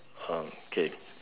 um okay